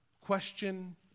question